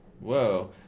whoa